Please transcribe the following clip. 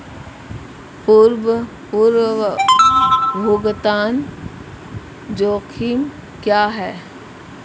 पूर्व भुगतान जोखिम क्या हैं?